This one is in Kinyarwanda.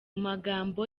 magambo